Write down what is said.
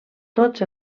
tots